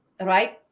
right